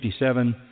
1957